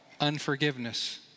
unforgiveness